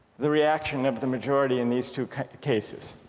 the reaction of the majority in these two kind of cases?